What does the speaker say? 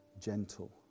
Gentle